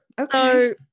Okay